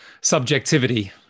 subjectivity